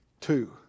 two